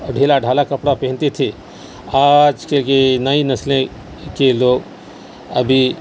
ڈھیلا ڈھالا کپڑا پہنتے تھے آج کیونکہ نئی نسلیں کے لوگ ابھی